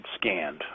scanned